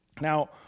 now